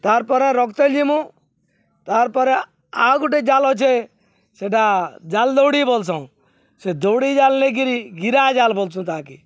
ତାର୍ ପରେ ରଖ୍ତେଲ୍ ଯିମୁ ତାର୍ ପରେ ଆଉ ଗୁଟେ ଜାଲ୍ ଅଛେ ସେଟା ଜାଲ୍ ଦୌଡ଼ି ବଲ୍ସନ୍ଁ ସେ ଦଉଡ଼ି ଜାଲ୍ ନେଇକିରି ଗିରା ଜାଲ୍ ବଲ୍ସନ୍ ତାହାକେ